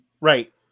Right